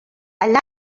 allà